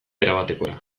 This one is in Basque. erabatekora